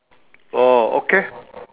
oh okay